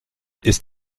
ist